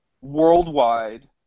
worldwide